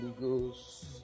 ghost